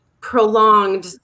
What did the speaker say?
prolonged